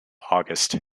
august